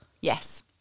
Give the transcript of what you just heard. Yes